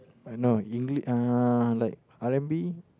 I know English uh like R-and-B